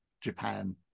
Japan